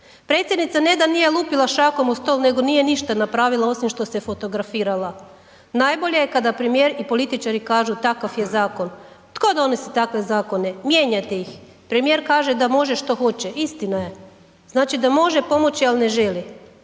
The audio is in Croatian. Predsjednica ne da nije lupila šakom od stol, nego nije ništa napravila osim što se fotografirala. Najbolje je kada premijer i političari kažu takav je zakon. Tko donosi takve zakone? Mijenjajte ih. Premijer kaže da može što hoće, istina je, znači da može pomoći al ne želi.